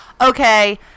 Okay